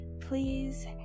please